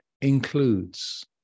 includes